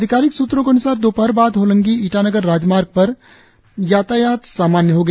अधिकारि सूत्रों के अन्सार दोपहर बाद होलोंगी ईटानगर राजमार्ग पर यातायात सामान्य हो गया